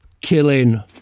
Killing